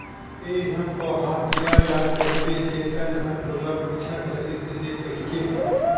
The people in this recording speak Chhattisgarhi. तेंहा पहाटिया ल कहिबे चेतन ह तोला पूछत रहिस हे कहिके